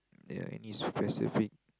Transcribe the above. ya any specific